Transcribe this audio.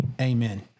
Amen